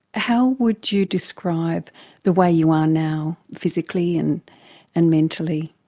how would you describe the way you are now physically and and mentally?